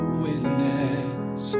witness